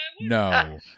No